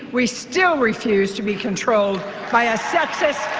we still refuse to be controlled by a sexist,